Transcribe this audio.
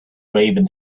raven